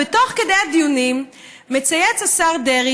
תוך כדי הדיונים מצייץ השר דרעי,